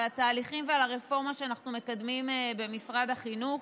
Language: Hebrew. התהליכים ועל הרפורמה שאנחנו מקדמים במשרד החינוך.